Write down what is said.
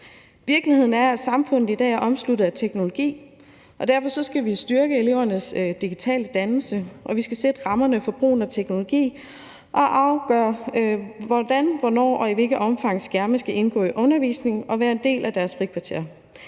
Virkeligheden er, at samfundet i dag er omsluttet af teknologi, og derfor skal vi styrke elevernes digitale dannelse, og vi skal sætte rammerne for brugen af teknologi og afgøre, hvordan, hvornår og i hvilket omfang skærme skal indgå i undervisningen og være en del af deres frikvarter.